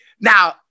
now